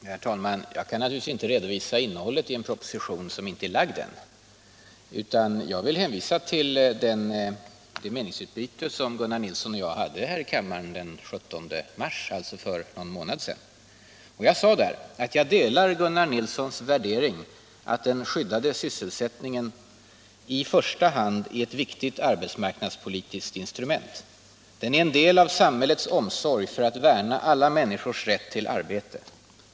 Herr talman! Jag kan naturligtvis inte redovisa innehållet i en proposition som inte är lagd än, utan jag vill hänvisa till det meningsutbyte som Gunnar Nilsson i Järfälla och jag hade här i kammaren den 17 mars, alltså för någon månad sedan. Jag sade då: ”Jag delar Gunnar Nilssons värdering att den skyddade sysselsättningen i första hand är ett viktigt arbetsmarknadspolitiskt instrument. Den är en del av samhällets omsorg för att värna alla människors rätt till arbete.